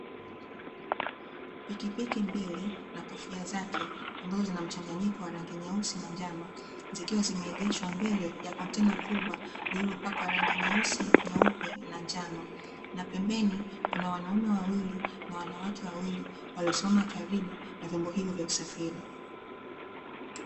Pikipiki mbili na kofia zake ambazo zina mchanganyiko wa rangi nyeusi na njano, zikiwa zimeegeshwa mbele ya kontena kubwa lililopakwa rangi nyeusi, nyeupe na njano na pembeni kuna wanaume wawili na wanawake wawili waliosimama karibu na vyombo hivyo vya usafiri.